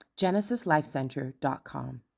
genesislifecenter.com